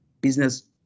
business